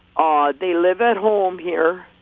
ah they live at home here.